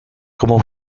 como